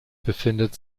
befindet